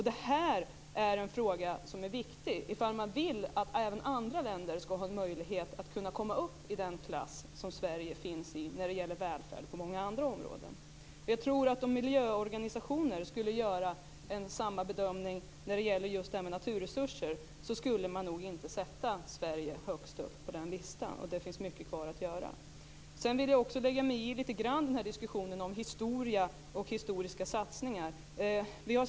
Det är en fråga som är viktig om man vill att även andra länder ska ha möjlighet att komma upp i samma klass som Sverige när det gäller välfärd. Om miljöorganisationerna skulle göra samma bedömning när det gäller naturresurser skulle nog inte Sverige komma högst upp på den listan. Där finns mycket kvar att göra. Sedan vill jag också lägga mig i diskussionen om historia och historiska satsningar.